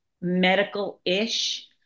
medical-ish